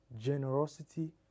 generosity